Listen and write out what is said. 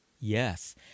yes